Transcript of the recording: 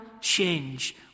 change